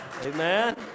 amen